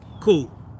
Cool